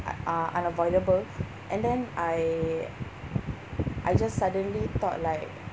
uh unavoidable and then I I just suddenly thought like